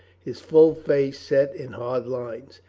his full face set in hard lines.